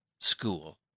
school